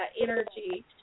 energy